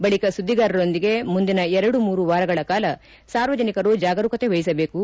ಬಳಿಕ ಸುದ್ದಿಗಾರರೊಂದಿಗೆ ಮುಂದಿನ ಎರಡು ಮೂರು ವಾರಗಳ ಕಾಲ ಸಾರ್ವಜನಿಕರು ಜಾಗರೂಕತೆ ವಹಿಸಬೇಕು